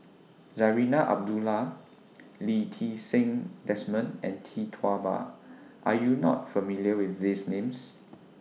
Zarinah Abdullah Lee Ti Seng Desmond and Tee Tua Ba Are YOU not familiar with These Names